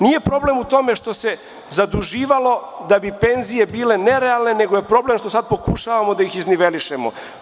Nije problem u tome što se zaduživalo da bi penzije bile nerealne, nego je problem što sad pokušavamo da ih iznivelišemo.